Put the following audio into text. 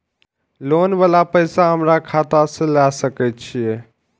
Loan वाला पैसा हमरा खाता से लाय सके छीये?